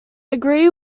agree